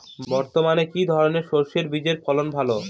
বর্তমানে কি ধরনের সরষে বীজের ফলন ভালো?